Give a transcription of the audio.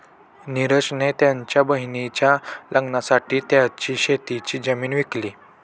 निरज ने त्याच्या बहिणीच्या लग्नासाठी त्याची शेतीची जमीन विकली